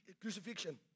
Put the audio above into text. crucifixion